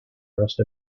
rest